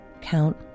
count